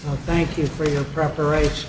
thank you for your preparation